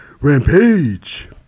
Rampage